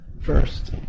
First